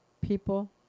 people